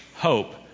hope